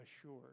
assured